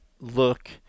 look